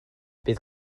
bydd